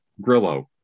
Grillo